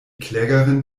klägerin